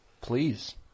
Please